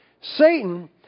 Satan